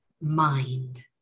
Mind